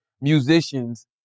musicians